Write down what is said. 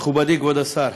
מכובדי כבוד השר,